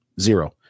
Zero